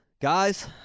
Guys